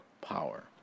power